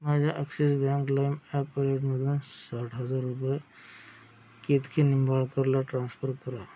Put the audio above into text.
माझ्या Axis bank Lime app वॉलेटमधनं साठ हजार रुपये केतकी निंबाळकरला ट्रान्स्फर करा